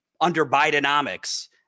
under-Bidenomics